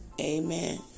Amen